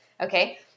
Okay